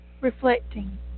reflecting